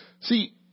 See